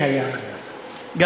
הנה, אפילו רועי היה, הייתי, זה נכון.